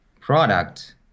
product